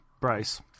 Bryce